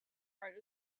art